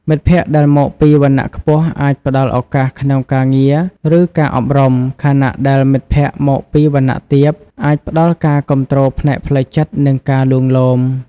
មិត្តភក្តិដែលមកពីវណ្ណៈខ្ពស់អាចផ្តល់ឱកាសក្នុងការងារ ឬការអប់រំ ខណៈដែលមិត្តភក្តិមកពីវណ្ណៈទាបអាចផ្តល់ការគាំទ្រផ្នែកផ្លូវចិត្តនិងការលួងលោម។